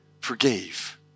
forgave